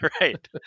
Right